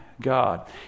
God